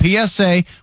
PSA